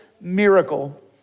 miracle